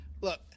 Look